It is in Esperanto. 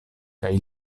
kaj